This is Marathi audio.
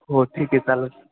हो ठीक आहे चालेल